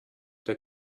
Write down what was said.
der